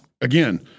again